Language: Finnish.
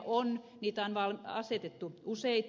on niitä on asetettu useita